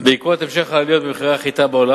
בעקבות המשך העליות במחירי החיטה בעולם